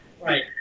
Right